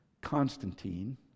Constantine